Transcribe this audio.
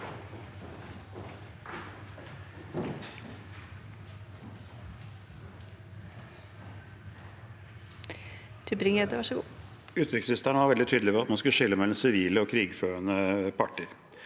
riksministeren var veldig tydelig på at man skulle skille mellom sivile og krigførende parter.